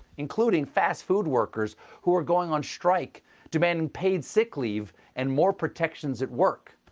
including fast food workers who are going on strike demanding paid sick leave and more protections at work.